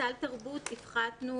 סל תרבות הפחתנו